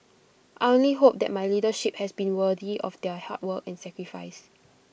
I only hope that my leadership has been worthy of their hard work and sacrifice